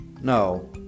No